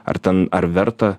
ar ten ar verta